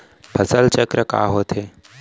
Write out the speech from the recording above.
फसल चक्र का होथे?